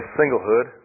singlehood